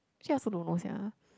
actually I also don't know sia